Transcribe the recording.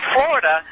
Florida